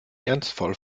ernstfall